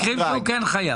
המקרים שהוא כן חייב.